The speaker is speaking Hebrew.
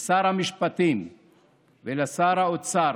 לשר המשפטים ולשר האוצר: